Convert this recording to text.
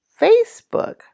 Facebook